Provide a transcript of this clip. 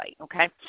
okay